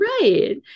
right